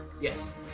Yes